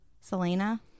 Selena